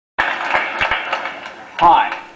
Hi